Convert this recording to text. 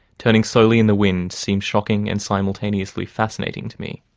turning slowly in the wind, seemed shocking and simultaneously fascinating, to me.